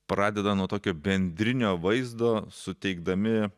pradeda nuo tokio bendrinio vaizdo suteikdami